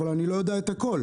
אבל אני לא יודע את הכול.